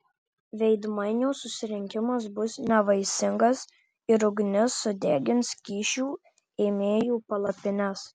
veidmainių susirinkimas bus nevaisingas ir ugnis sudegins kyšių ėmėjų palapines